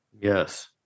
Yes